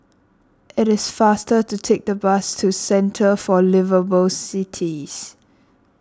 it is faster to take the bus to Centre for Liveable Cities